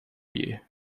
you